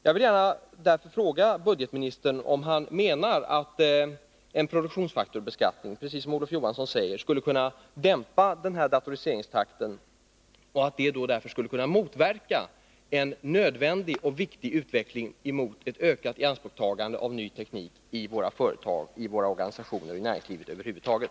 Jag vill därför fråga budgetministern om han menar att en produktionsfaktorbeskattning skulle kunna dämpa datoriseringstakten, som Olof Johansson sade, så att detta motverkade en nödvändig och viktig utveckling för ett ökat ianspråkstagande av ny teknik i våra företag och organisationer, i näringslivet över huvud taget.